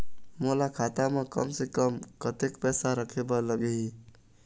मोला खाता म कम से कम कतेक पैसा रखे बर लगही?